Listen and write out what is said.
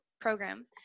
program